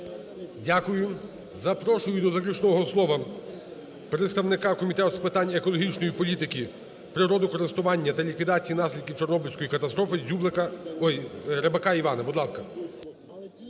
Дякую. Запрошую до заключного слова представника Комітету екологічної політики, природокористування та ліквідації наслідків Чорнобильської катастрофи Рибака Івана.